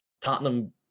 Tottenham